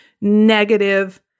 negative